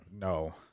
No